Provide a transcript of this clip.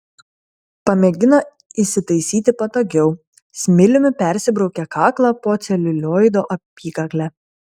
pamėgino įsitaisyti patogiau smiliumi persibraukė kaklą po celiulioido apykakle